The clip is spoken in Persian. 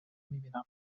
میبینم